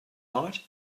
night